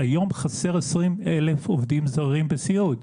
היום חסרים 20,000 עובדים זרים בסיעוד,